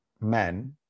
men